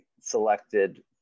selected